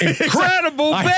incredible